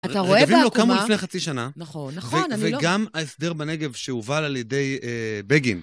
אתה רואה בעקומה - רגבים, הלא, קמו לפני חצי שנה - נכון. נכון, אני לא... - וגם ההסדר בנגב שהובל על ידי בגין.